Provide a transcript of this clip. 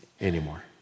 anymore